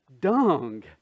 dung